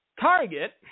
Target